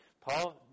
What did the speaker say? Paul